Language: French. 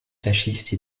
fasciste